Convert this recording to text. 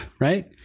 right